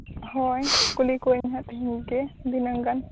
ᱦᱳᱭ ᱠᱩᱞᱤ ᱠᱚᱣᱟᱹᱧ ᱦᱟᱸᱜ ᱛᱮᱦᱮᱧ ᱜᱮ ᱫᱷᱤᱱᱟᱹᱝ ᱜᱟᱱ